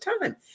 time